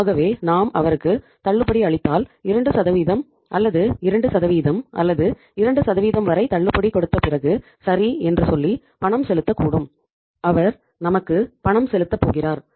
ஆகவே நாம் அவருக்கு தள்ளுபடி அளித்தால் 2 அல்லது 2 அல்லது 2 வரை தள்ளுபடி கொடுத்த பிறகு சரி என்று சொல்லி பணம் செலுத்தக் கூடும் அவர் நமக்கு பணம் செலுத்தப் போகிறார்